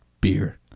beer